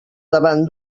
davant